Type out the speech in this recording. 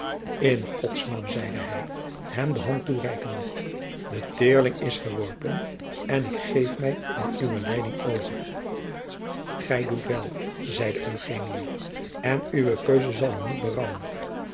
in gods naam zeide jacob van lennep de pleegzoon hij hem de hand toereikende de teerling is geworpen en ik geef mij aan uwe leiding over gij doet wel zeide eugenio en uwe keuze zal u niet